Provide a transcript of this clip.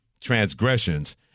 transgressions